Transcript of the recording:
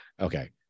Okay